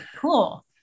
cool